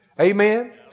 Amen